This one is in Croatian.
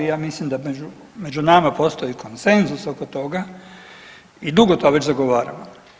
I ja mislim da među nama postoji konsenzus oko toga i dugo to već zagovaramo.